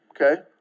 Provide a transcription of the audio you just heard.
Okay